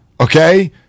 Okay